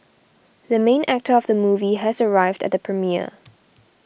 the main actor of the movie has arrived at the premiere